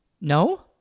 No